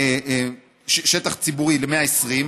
שטח ציבורי ל-120,